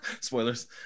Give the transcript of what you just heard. Spoilers